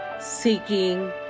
seeking